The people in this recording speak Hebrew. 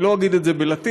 אני לא אגיד את זה בלטינית,